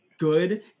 Good